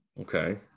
Okay